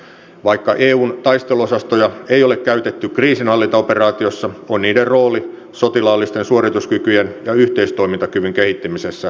vaikka eun taisteluosastoja ei ole käytetty kriisinhallintaoperaatiossa on niiden rooli sotilaallisten suorituskykyjen ja yhteistoimintakyvyn kehittämisessä vakiintunut